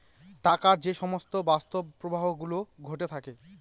টাকার যে সমস্ত বাস্তব প্রবাহ গুলো ঘটে থাকে